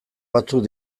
batzuk